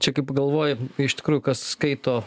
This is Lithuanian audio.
čia kaip galvoji iš tikrųjų kas skaito